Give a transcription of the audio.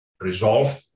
resolved